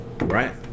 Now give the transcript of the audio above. right